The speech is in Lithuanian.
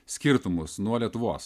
skirtumus nuo lietuvos